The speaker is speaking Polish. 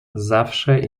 zawsze